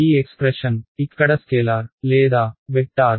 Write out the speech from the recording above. ఈ ఎక్స్ప్రెషన్ ఇక్కడ స్కేలార్ లేదా వెక్టార్